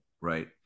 right